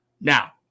Now